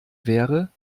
wäre